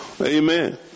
Amen